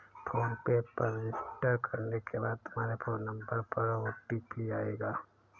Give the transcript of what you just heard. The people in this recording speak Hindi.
फोन पे पर रजिस्टर करने के बाद तुम्हारे फोन नंबर पर ओ.टी.पी आएगा